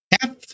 half